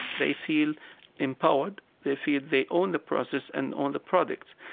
they feel empowered, they feel they own the process and own the product.